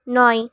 নয়